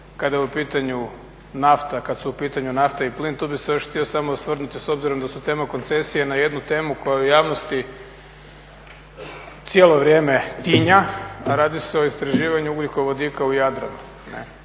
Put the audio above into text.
kad su u pitanju nafta i plin, tu bih se još htio samo osvrnuti s obzirom da su tema koncesije na jednu temu koja u javnosti cijelo vrijeme tinja, a radi se o istraživanju ugljikovodika u Jadran.